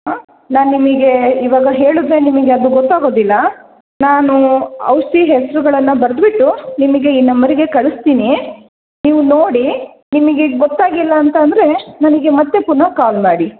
ನಾನು ನಿಮಗೆ ಈವಾಗ ಹೇಳಿದರೆ ನಿಮಗೆ ಅದು ಗೊತ್ತಾಗೋದಿಲ್ಲ ನಾನು ಔಷಧಿ ಹೆಸರುಗಳನ್ನು ಬರೆದುಬಿಟ್ಟು ನಿಮಗೆ ಈ ನಂಬರಿಗೆ ಕಳಿಸ್ತೀನಿ ನೀವು ನೋಡಿ ನಿಮಗಿದು ಗೊತ್ತಾಗಿಲ್ಲ ಅಂತ ಅಂದರೆ ನನಗೆ ಮತ್ತೆ ಪುನಃ ಕಾಲ್ ಮಾಡಿ